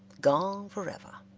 gone forever.